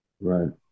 Right